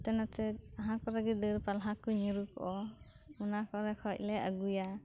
ᱦᱟᱱᱛᱮ ᱱᱟᱛᱮ ᱡᱟᱦᱟᱸ ᱠᱚᱨᱮ ᱜᱮ ᱰᱟᱹᱨ ᱯᱟᱞᱟ ᱠᱚ ᱧᱩᱨᱩ ᱠᱚᱜ ᱚᱱᱟ ᱠᱚᱨᱮ ᱠᱷᱚᱱ ᱞᱮ ᱟᱹᱜᱩᱭᱟ